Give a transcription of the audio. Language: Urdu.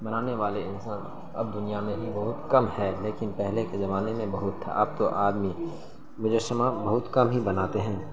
بنانے والے انسان اب دنیا میں ہی بہت کم ہیں لیکن پہلے کے زمانے میں بہت تھا اب تو آدمی مجسمہ بہت کم ہی بناتے ہیں